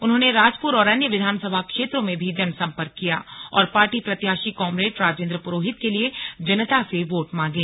उन्होंने राजपुर और अन्य विधानसभा क्षेत्रों में भी जनसंपर्क किया और पार्टी प्रत्याशी कॉमरेड राजेंद्र पुरोहित के लिए जनता से वोट मांगे